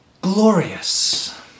glorious